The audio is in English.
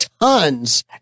tons